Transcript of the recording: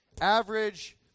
average